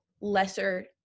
lesser